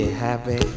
happy